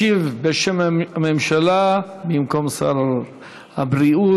ישיב בשם הממשלה, במקום שר הבריאות,